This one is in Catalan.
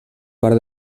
part